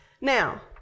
Now